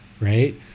right